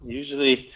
usually